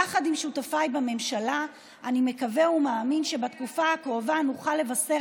יחד עם שותפיי בממשלה אני מקווה ומאמין שבתקופה הקרובה נוכל לבשר